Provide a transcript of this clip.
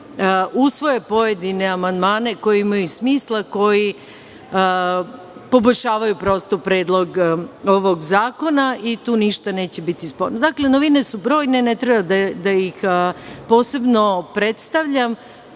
usvoje pojedine amandmane koji imaju smisla, koji poboljšavaju prosto predlog ovog zakona i tu ništa neće biti sporno. Dakle, novine su brojne, ne treba da ih posebno predstavljam.